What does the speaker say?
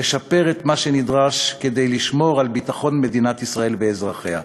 לשפר את מה שנדרש כדי לשמור על ביטחון מדינת ישראל ואזרחיה.